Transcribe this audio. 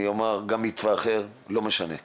אני אומר, גם מתווה אחר, לא משנה.